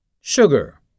Sugar